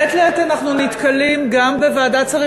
מעת לעת אנחנו נתקלים גם בוועדת שרים